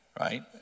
right